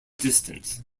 distance